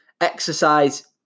exercise